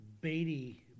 Beatty